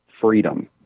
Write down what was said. Freedom